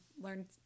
learn